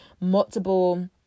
multiple